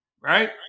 right